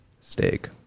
Steak